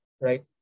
right